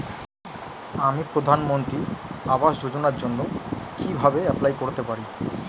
আমি প্রধানমন্ত্রী আবাস যোজনার জন্য কিভাবে এপ্লাই করতে পারি?